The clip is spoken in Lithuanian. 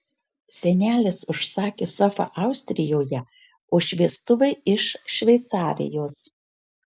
senelis užsakė sofą austrijoje o šviestuvai iš šveicarijos